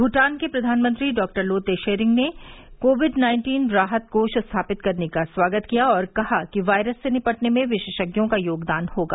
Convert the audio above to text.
भूटान के प्रधानमंत्री डॉ लोते छेरिंग ने कोविड नाइन्टीन राहत कोष स्थापित करने का स्वागत किया और कहा कि वायरस से निपटने में विशेषज्ञों का योगदान होगा